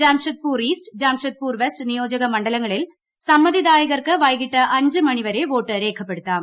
Jamshedpur east Jamshedpur west നിയോജക് മണ്ഡലങ്ങളിൽ സമ്മതിദായകർക്ക് വൈകിട്ട് അഞ്ച് മണിവരെ വോട്ട് രേഖപ്പെടുത്താം